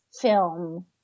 film